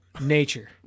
nature